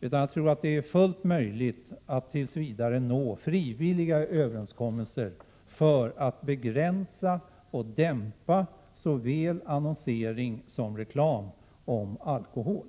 Jag tror att det är fullt möjligt att tills vidare nå frivilliga överenskommelser för att begränsa och dämpa såväl annonsering som reklam om alkohol.